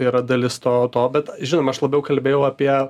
yra dalis to to bet žinoma aš labiau kalbėjau apie